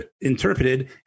interpreted